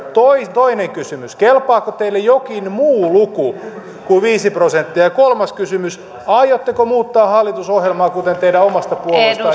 toinen kysymys kelpaako teille jokin muu luku kuin viisi prosenttia kolmas kysymys aiotteko muuttaa hallitusohjelmaa kuten teidän omasta puolueestanne